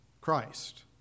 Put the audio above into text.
Christ